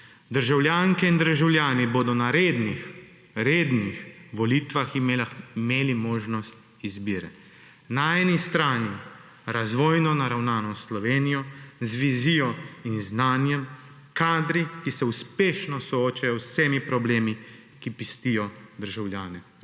Državljanke in državljani bodo na rednih, rednih volitvah imeli možnost izbire, na eni strani razvojno naravnano Slovenijo z vizijo in znanjem, kadri, ki se uspešno soočajo z vsemi problemi, ki pestijo državljane Republike